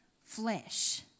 flesh